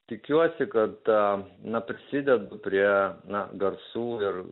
tikiuosi kad ta na prisidedu prie na garsų ir